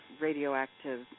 radioactive